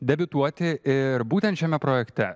debiutuoti ir būtent šiame projekte